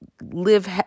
live